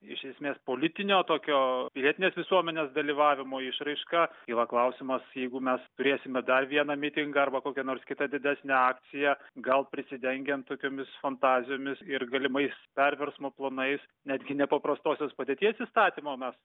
iš esmės politinio tokio pilietinės visuomenės dalyvavimo išraiška kyla klausimas jeigu mes turėsime dar vieną mitingą arba kokią nors kitą didesnę akciją gal prisidengiant tokiomis fantazijomis ir galimais perversmo planais netgi nepaprastosios padėties įstatymo mes